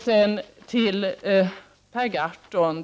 Sedan till Per Gahrton.